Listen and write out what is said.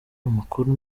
amakuru